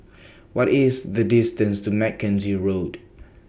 What IS The distance to Mackenzie Road